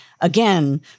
Again